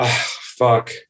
fuck